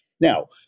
Now